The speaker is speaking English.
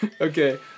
Okay